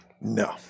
No